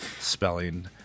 spelling